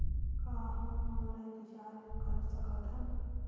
का हम online recharge कर सकत हन?